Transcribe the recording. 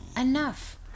Enough